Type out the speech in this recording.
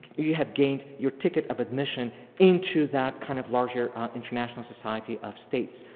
you have gained your ticket of admission into that kind of larger international society of states.